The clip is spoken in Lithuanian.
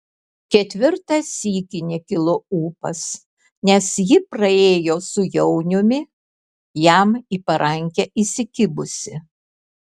ketvirtą sykį nekilo ūpas nes ji praėjo su jauniumi jam į parankę įsikibusi